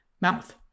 mouth